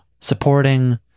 supporting